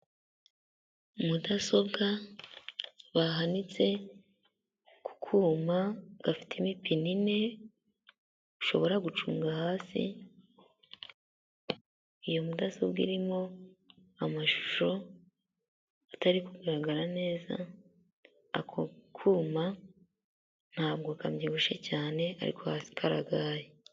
Mudasobwa bahanitse kukuma gafite imipine ine ushoboranga hasi, iyo mudasobwa irimo amashusho atari kugaragara neza, ako kuma ntabwo kambyibushye cyane ariko hasi karagaye.